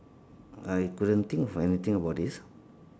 I couldn't think of anything about this